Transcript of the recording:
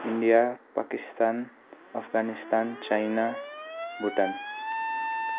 India Pakistan Afghanistan China Bhutan